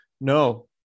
No